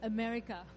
America